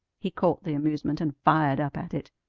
he caught the amusement, and fired up at it.